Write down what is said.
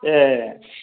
ए